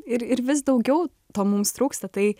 ir ir vis daugiau to mums trūksta tai